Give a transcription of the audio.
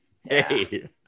Hey